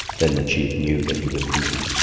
then the chief knew that he was beaten.